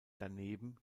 daneben